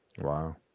Wow